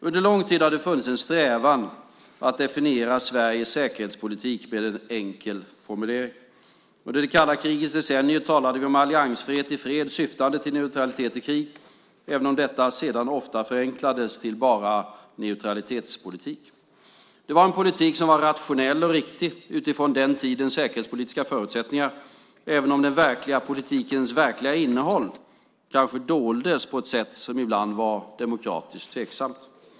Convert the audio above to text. Under lång tid har det funnits en strävan att definiera Sveriges säkerhetspolitik med en enkel formulering. Under det kalla krigets decennier talade vi om alliansfrihet i fred syftande till neutralitet i krig även om detta sedan ofta förenklades till bara neutralitetspolitik. Det var en politik som var rationell och riktig utifrån den tidens säkerhetspolitiska förutsättningar, även om den verkliga politikens verkliga innehåll kanske doldes på ett sätt som ibland var demokratiskt tveksamt.